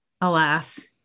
alas